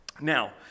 Now